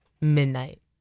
midnight